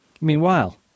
Meanwhile